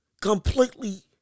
Completely